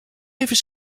even